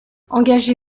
engagé